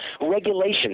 Regulations